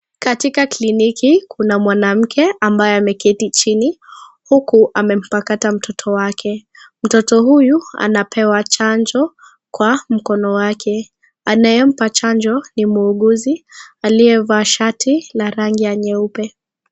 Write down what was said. Katika kliniki kuna mwanamke ambaye ameketi chini huku amempakata mtoto wake. Mtoto huyu anapewa chanjo kwa mkono wake. Anayempa chanjo ni muuguzi aliyevaa shati la rangi ya nyeupe.